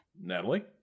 Natalie